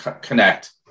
connect